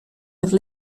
have